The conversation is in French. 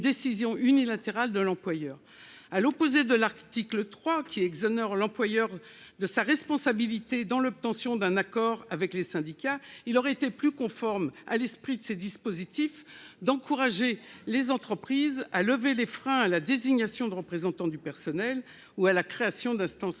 décision unilatérale de l'employeur. À l'opposé de l'article 3 qui exonère l'employeur de sa responsabilité dans l'obtention d'un accord avec les syndicats, il aurait été plus conforme à l'esprit du dispositif d'encourager les entreprises à lever les freins à la désignation de représentants du personnel ou à la création d'instances